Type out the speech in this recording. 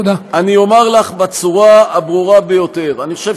אני אומר לך בצורה הברורה ביותר: אני חושב